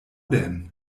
denn